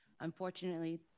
Unfortunately